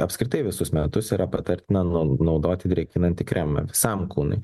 apskritai visus metus yra patartina na naudoti drėkinantį kremą visam kūnui